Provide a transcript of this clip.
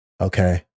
okay